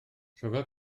rhyfel